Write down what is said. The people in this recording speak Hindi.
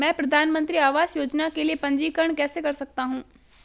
मैं प्रधानमंत्री आवास योजना के लिए पंजीकरण कैसे कर सकता हूं?